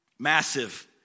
Massive